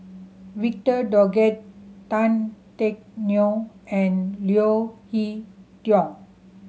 Victor Doggett Tan Teck Neo and Leo Hee Tong